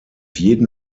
jeden